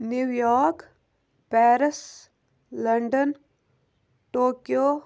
New York Paris London Tokyo